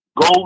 Go